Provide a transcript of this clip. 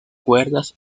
cuerdas